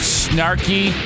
snarky